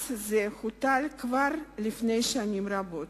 מס זה הוטל כבר לפני שנים רבות.